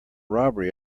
robbery